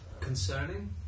Concerning